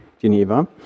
Geneva